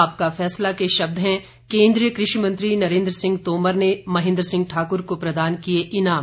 आपका फैसला के शब्द हैं केन्द्रीय कृषि मंत्री नरेंद्र सिंह तोमर ने महेंद्र सिंह ठाकुर को प्रदान किये इनाम